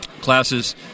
classes